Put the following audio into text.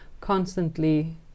constantly